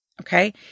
Okay